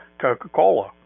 Coca-Cola